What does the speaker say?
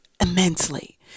immensely